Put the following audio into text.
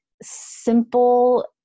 simple